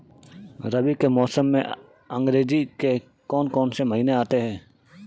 रबी के मौसम में अंग्रेज़ी के कौन कौनसे महीने आते हैं?